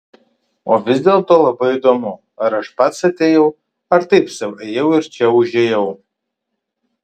o vis dėlto labai įdomu ar aš pats atėjau ar taip sau ėjau ir čia užėjau